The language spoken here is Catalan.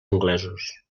anglesos